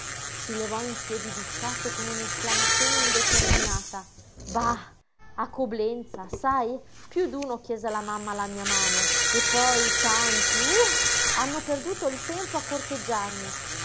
si levò in piedi di scatto con un'esclamazione indeterminata bah a coblenza sai piú d'uno chiese alla mamma la mia mano e poi tanti uh hanno perduto il tempo a corteggiarmi